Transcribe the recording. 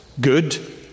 Good